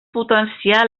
potenciar